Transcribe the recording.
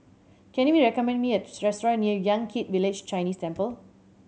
can you recommend me a restaurant near Yan Kit Village Chinese Temple